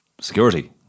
security